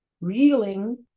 reeling